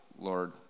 Lord